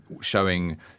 showing